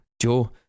Joe